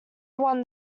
one